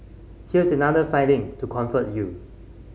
here's another finding to comfort you